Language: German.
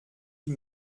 wie